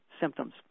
symptoms